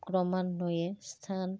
ক্ৰমান্বয়ে স্থান